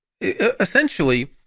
essentially